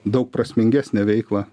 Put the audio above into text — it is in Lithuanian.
daug prasmingesnę veiklą